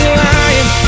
lying